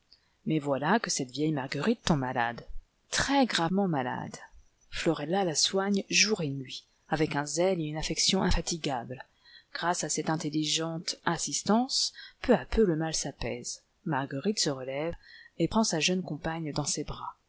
mais voilà que cette vieille marguerite tombe malade très gravement malade florella la soigne jour et nuit avec un zèle et une affection infatigables grâce à cette intelligente assistance peu à peu le mal s'apaise marguerite se relève et prend sa jeune compagne dans ses bras